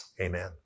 amen